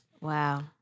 Wow